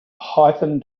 python